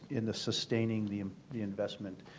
in the sustaining the the investment.